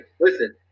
Listen